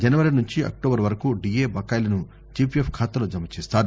జనవరి నుంచి అక్టోబర్ వరకు డిఎ బకాయిలను జిపిఎఫ్ ఖాతాలో జమచేస్తారు